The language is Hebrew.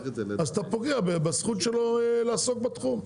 אז אתה פוגע בזכות שלו לעסוק בתחום.